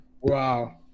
Wow